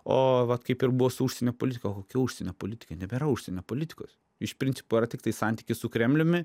o vat kaip ir buvo su užsienio politika kokia užsienio politika nebėra užsienio politikos iš principo yra tiktai santykis su kremliumi